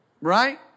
Right